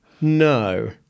No